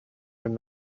from